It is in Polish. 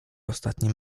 ostatnim